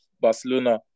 Barcelona